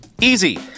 Easy